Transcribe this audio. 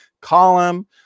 Column